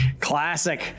Classic